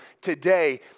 today